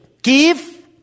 Give